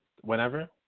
whenever